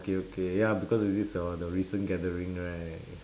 okay okay ya because of this that one the recent gathering right